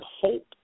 hope